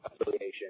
affiliation